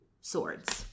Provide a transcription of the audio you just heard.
swords